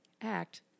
act